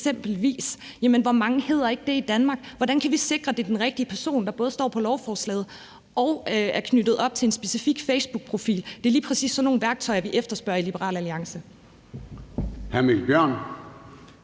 hvor mange hedder ikke det i Danmark? Hvordan kan vi sikre, det er den rigtige person, der både står på lovforslaget og er knyttet op til en specifik facebookprofil? Det er lige præcis sådan nogle værktøjer, vi efterspørger i Liberal Alliance.